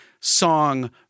song